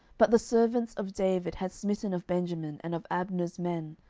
but the servants of david had smitten of benjamin, and of abner's men,